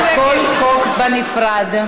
על כל חוק בנפרד.